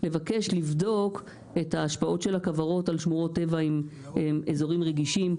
לבקש לבדוק את ההשפעות של הכוורות על שמורות טבע עם אזורים רגישים.